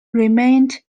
remained